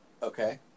Okay